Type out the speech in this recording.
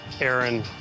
Aaron